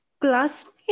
classmate